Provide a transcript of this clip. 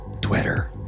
Twitter